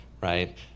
right